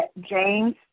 James